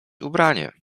ubranie